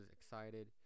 excited